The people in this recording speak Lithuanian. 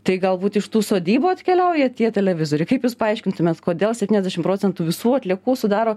tai galbūt iš tų sodybų atkeliauja tie televizoriai kaip jūs paaiškintumėt kodėl septyniasdešim procentų visų atliekų sudaro